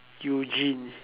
Eugene